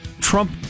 Trump